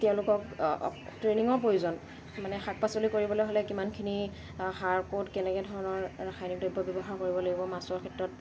তেওঁলোকক ট্ৰেইনিঙৰ প্ৰয়োজন মানে শাক পাচলি কৰিবলৈ হ'লে কিমানখিনি সাৰ ক'ত কেনেকৈ ধৰণৰ ৰাসায়নিক দ্ৰব্য ব্যৱহাৰ কৰিব লাগিব মাছৰ ক্ষেত্ৰত